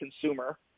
consumer